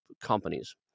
companies